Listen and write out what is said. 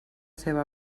seva